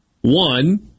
one